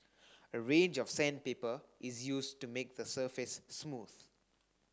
a range of sandpaper is used to make the surface smooth